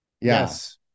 Yes